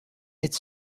its